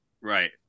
Right